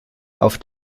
auf